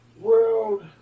world